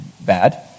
bad